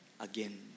again